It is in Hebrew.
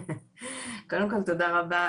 קודם כל תודה רבה.